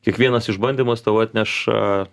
kiekvienas išbandymas tau atneša